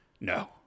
No